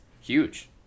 huge